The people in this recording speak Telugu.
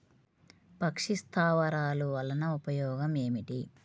పక్షి స్థావరాలు వలన ఉపయోగం ఏమిటి?